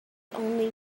only